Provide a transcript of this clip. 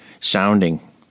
sounding